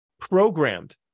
programmed